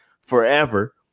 forever